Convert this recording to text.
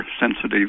sensitive